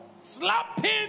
slapping